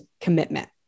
commitment